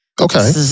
Okay